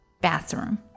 bathroom